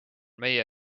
meie